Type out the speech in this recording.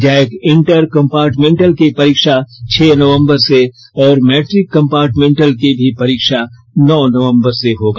Jack inter compartmental की परीक्षा छह नवंबर से और मेट्रिक कंपार्टभेंटल की भी परीक्षा नौ नवंबर से लेगा